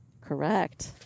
Correct